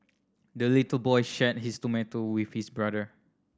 the little boy shared his tomato with his brother